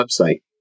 website